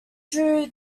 drew